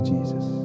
Jesus